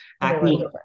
acne